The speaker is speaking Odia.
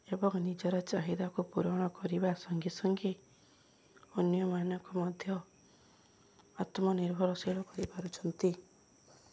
ଏବଂ ନିଜର ଚାହିଦାକୁ ପୂରଣ କରିବା ସଙ୍ଗେ ସଙ୍ଗେ ଅନ୍ୟମାନଙ୍କୁ ମଧ୍ୟ ଆତ୍ମନିର୍ଭରଶୀଳ କରିପାରୁଛନ୍ତି